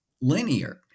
linear